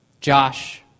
Josh